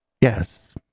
Yes